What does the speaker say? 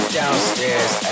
downstairs